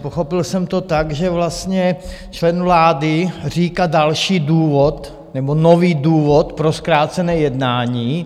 Pochopil jsem to tak, že vlastně člen vlády říká další důvod, nebo nový důvod pro zkrácené jednání.